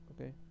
okay